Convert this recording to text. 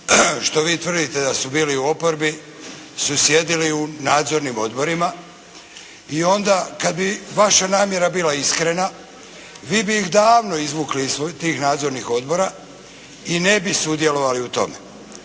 što vi tvrdite da su bili u oporbi su sjedili u nadzornim odborima i onda kad bi vaša namjera bila iskrena, vi bi ih davno izvukli iz tih nadzornih odbora i ne bi sudjelovali u tome.